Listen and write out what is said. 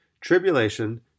tribulation